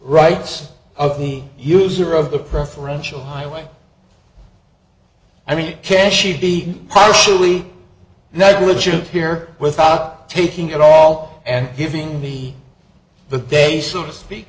rights of any user of the preferential highway i mean can she be partially negligent here without taking at all and giving me the day so to speak